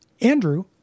andrew